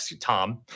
Tom